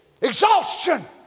exhaustion